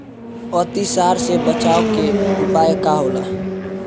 अतिसार से बचाव के उपाय का होला?